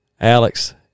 Alex